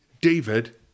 David